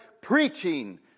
preaching